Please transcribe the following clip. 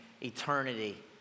eternity